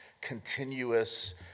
continuous